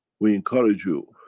we encourage you,